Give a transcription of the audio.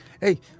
hey